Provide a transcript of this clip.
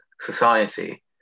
society